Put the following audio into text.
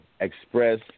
express